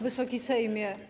Wysoki Sejmie!